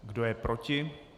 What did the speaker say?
Kdo je proti?